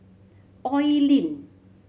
Oi Lin